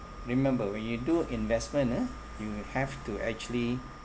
remember when you do investment ah you have to actually